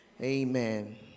Amen